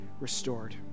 restored